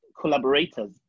collaborators